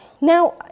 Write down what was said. Now